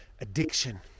Addiction